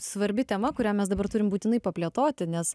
svarbi tema kurią mes dabar turim būtinai paplėtoti nes